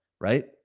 right